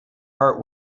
heart